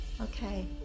Okay